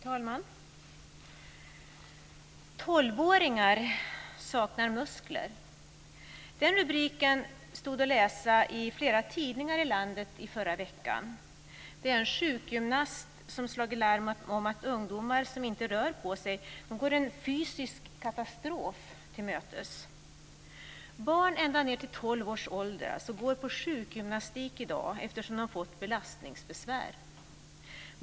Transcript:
Fru talman! 12-åringar saknar muskler. Den rubriken stod att läsa i flera tidningar i landet förra veckan. Det är en sjukgymnast som slagit larm om att ungdomar som inte rör på sig går en fysisk katastrof till mötes. Barn ända ned till 12 års ålder går alltså på sjukgymnastik i dag, eftersom de fått belastningsbesvär.